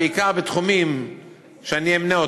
בעיקר בתחומים שאני אמנה: